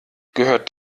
gehört